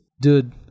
dude